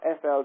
FL